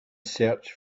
search